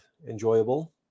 enjoyable